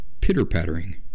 pitter-pattering